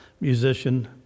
musician